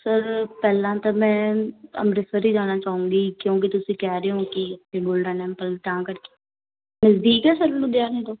sir ਪਹਿਲਾਂ ਤਾਂ ਮੈਂ ਅੰਮ੍ਰਿਤਸਰ ਹੀ ਜਾਣਾ ਚਾਹੁੰਦੀ ਕਿਉਂਕਿ ਤੁਸੀਂ ਕਹਿ ਰਹੇ ਹੋ ਕਿ ਗੋਲਡਨ ਟੈਂਪਲ ਤਾਂ ਕਰਕੇ ਨਜ਼ਦੀਕ ਹੈ ਸਰ ਲੁਧਿਆਣੇ ਤੋਂ